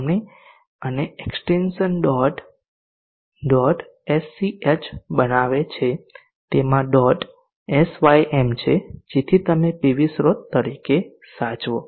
તેમને અને extension dot sch બનાવે છે તેમાં ડોટ sym છે જેથી તમે પીવી સ્રોત તરીકે સાચવો